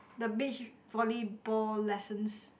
the beach volleyball lessons